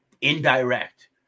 indirect